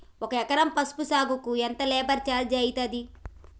ఒక ఎకరం పసుపు సాగుకు ఎంత లేబర్ ఛార్జ్ అయితది?